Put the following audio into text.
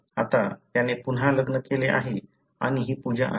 आता त्याने पुन्हा लग्न केले आहे आणि ही पूजा आहे